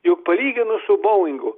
jog palyginus su boingu